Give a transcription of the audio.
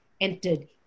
entered